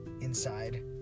inside